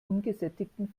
ungesättigten